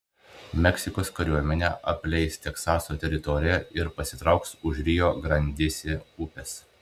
meksikos kariuomenė apleis teksaso teritoriją ir pasitrauks už rio grandėsi upės